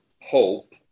hope